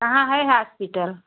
कहाँ है हास्पिटल